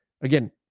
Again